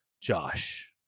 Josh